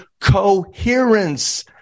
coherence